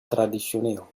traditioneel